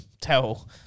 tell